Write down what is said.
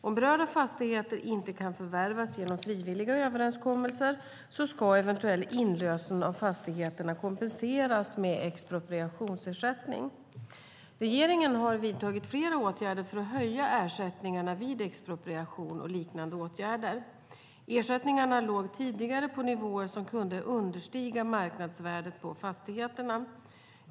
Om berörda fastigheter inte kan förvärvas genom frivilliga överenskommelser ska eventuell inlösen av fastigheterna kompenseras med expropriationsersättning. Regeringen har vidtagit flera åtgärder för att höja ersättningarna vid expropriation och liknande åtgärder. Ersättningarna låg tidigare på nivåer som kunde understiga marknadsvärdet på fastigheterna.